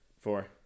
four